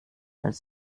als